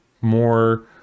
more